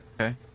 Okay